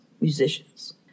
musicians